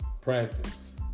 practice